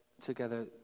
together